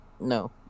No